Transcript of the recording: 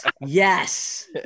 Yes